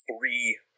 three